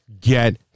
get